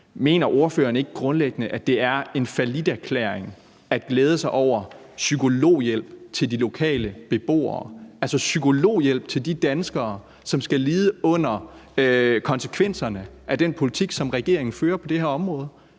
Mener ordføreren ikke grundlæggende, at det er en falliterklæring at glæde sig over psykologhjælp til de lokale beboere, altså psykologhjælp til de danskere, som skal lide under konsekvenserne af den politik, som regeringen fører på det her område?